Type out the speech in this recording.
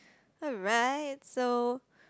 alright so